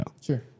Sure